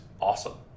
awesome